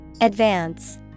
Advance